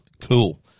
Cool